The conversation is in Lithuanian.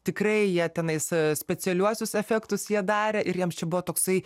tikrai jie tenais specialiuosius efektus jie darė ir jiems čia buvo toksai